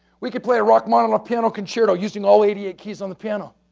we could play a rock model of piano concerto using all eighty eight keys on the piano.